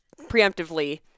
preemptively